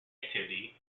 activity